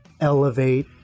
elevate